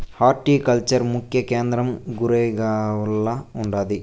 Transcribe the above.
horticulture ముఖ్య కేంద్రం గురేగావ్ల ఉండాది